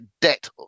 debt